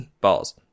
Balls